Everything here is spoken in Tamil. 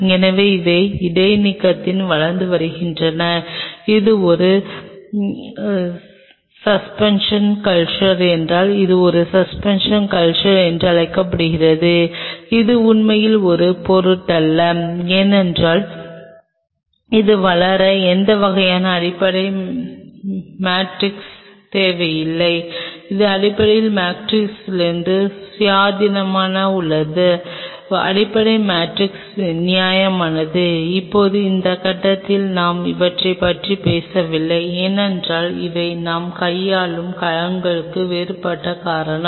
எனவே அவை இடைநீக்கத்தில் வளர்ந்து வருகின்றன இது ஒரு சஸ்பென்ஷன் கல்ச்சர் என்றால் இது சஸ்பென்ஷன் கல்ச்சர் என்று அழைக்கப்படுகிறது இது உண்மையில் ஒரு பொருட்டல்ல ஏனென்றால் அது வளர எந்த வகையான அடிப்படை மேட்ரிக்ஸ் தேவையில்லை இது அடிப்படை மேட்ரிக்ஸிலிருந்து சுயாதீனமாக உள்ளது அடிப்படை மேட்ரிக்ஸ் நியாயமானது இப்போது இந்த கட்டத்தில் நாம் இவற்றைப் பற்றி பேசவில்லை ஏனென்றால் இவை நாம் கையாளும் கலங்களுக்கு வேறுபட்ட காரணம்